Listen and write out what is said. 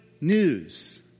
news